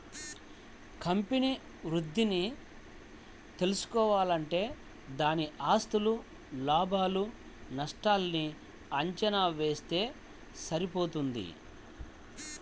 company వృద్ధిని తెల్సుకోవాలంటే దాని ఆస్తులు, లాభాలు నష్టాల్ని అంచనా వేస్తె సరిపోతది